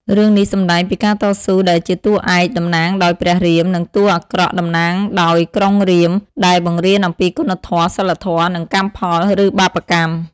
រឿងនេះសម្ដែងពីការតស៊ូរដែលជាតួរឯក តំណាងដោយព្រះរាម និងតួរអាក្រក់ តំណាងដោយក្រុងរាពណ៍ដែលបង្រៀនអំពីគុណធម៌ សីលធម៌ និងកម្មផល ឬបាបកម្ម ។